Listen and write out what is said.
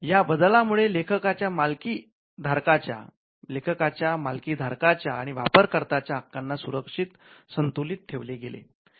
या बदला मुळे लेखकाच्या मालकी धारकाच्या आणि वापरकर्त्यां च्या हक्कांना संतुलित ठेवले गेले